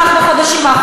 חוק כלי הירייה (תיקון מס' 18),